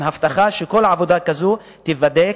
עם הבטחה שכל עבודה כזו תיבדק,